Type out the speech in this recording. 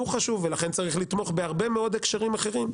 חשוב ולכן צריך לתמוך בהרבה מאוד הקשרים אחרים.